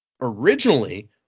Originally